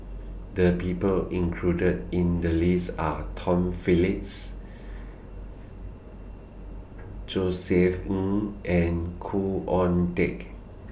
The People included in The list Are Tom Phillips Josef Ng and Khoo Oon Teik